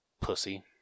Pussy